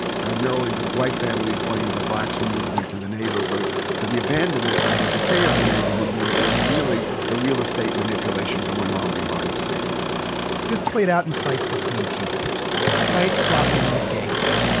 primarily, the white families blame the blacks who moved into the neighborhood for the abandonment and the decay of the neighborhood when it was really the real estate manipulation going on behind the scenes this played out in fights between teenagers. those fights blossomed into gang wars.